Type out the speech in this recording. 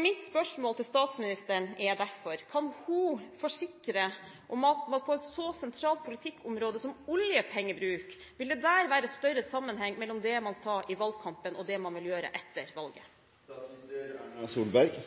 Mitt spørsmål til statsministeren er derfor: Kan hun forsikre om at man på et så sentralt politikkområde som oljepengebruk, vil være større sammenheng mellom det man sa i valgkampen, og det man vil gjøre etter valget?